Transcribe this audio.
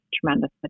tremendous